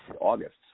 August